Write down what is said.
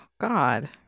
God